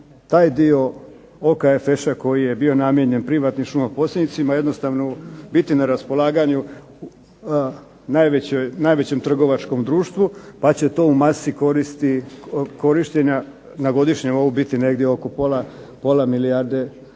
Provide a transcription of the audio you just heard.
taj dio OKFŠ-a koji je bio namijenjen privatnim šumoposjednicima biti na raspolaganju najvećem trgovačkom društvu pa će to u masi korištenja na godišnjem nivou biti pola milijarde